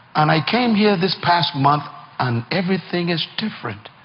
and i came here this past month and everything is different.